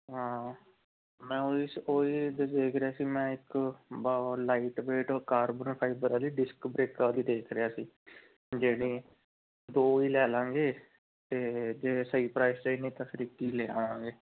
ਹਾਂ ਮੈਂ ਉਹ ਹੀ ਸ ਉਹ ਹੀ ਦੇਖ ਰਿਹਾ ਸੀ ਮੈਂ ਇੱਕ ਵ ਲਾਈਟ ਵੇਟ ਉਹ ਕਾਰਬਨ ਫਾਈਬਰ ਵਾਲੀ ਡਿਸਕ ਬਰੇਕਾਂ ਵਾਲੀ ਦੇਖ ਰਿਹਾ ਸੀ ਜਿਹੜੀ ਦੋ ਹੀ ਲੈ ਲਾਵਾਂਗੇ ਅਤੇ ਜੇ ਸਹੀ ਪ੍ਰਾਈਸ 'ਚ ਆਈ ਨਹੀਂ ਤਾਂ ਫਿਰ ਇੱਕ ਹੀ ਲੈ ਆਵਾਂਗੇ